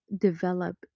develop